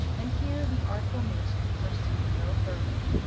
and here the artful minx could proceed no further,